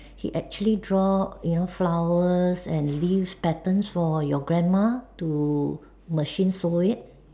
he actually draw you know flowers and leaves patterns for your grandma to machine sew it